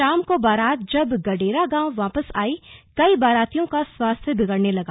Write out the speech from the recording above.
शाम को बारात जब गडेरा गांव वापस आयी कई बारातियों का स्वास्थ्य बिगड़ने लगा